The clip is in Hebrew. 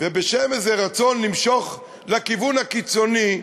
ובשם איזה רצון למשוך לכיוון הקיצוני,